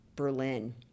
Berlin